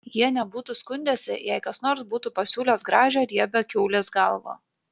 jie nebūtų skundęsi jei kas nors būtų pasiūlęs gražią riebią kiaulės galvą